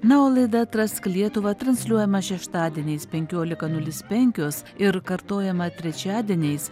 na o laida atrask lietuvą transliuojama šeštadieniais penkiolika nulis penkios ir kartojama trečiadieniais